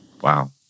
Wow